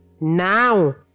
Now